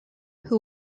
who